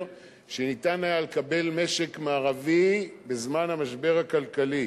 שניתן היה לקבל משק מערבי בזמן המשבר הכלכלי.